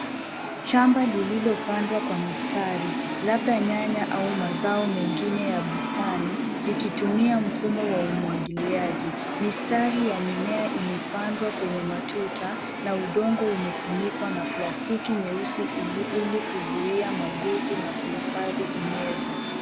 Shamba lililopandwa kwa mistari, labda nyanya au mazao mengine ya bustani likitumia mfumo wa umwagiliaji. Mistari ya mimea imepandwa kwenye matuta na udongo umefumikwa na plastiki nyeusi ili kuzuia magugu na kuhifadhi unyevu.